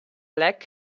black